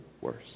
worse